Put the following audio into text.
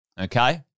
okay